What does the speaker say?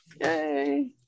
Yay